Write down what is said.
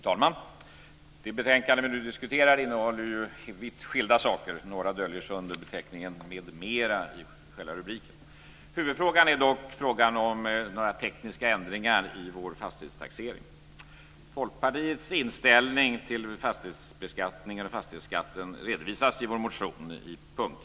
Fru talman! Det betänkande vi nu diskuterar innehåller vitt skilda saker. Några döljer sig under beteckningen m.m. i själva rubriken. Huvudfrågan är dock frågan om några tekniska ändringar i vår fastighetstaxering. Folkpartiets inställning till fastighetsbeskattningen och fastighetsskatten redovisas punktvis i vår motion.